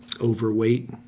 overweight